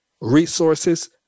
resources